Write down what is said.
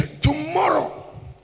tomorrow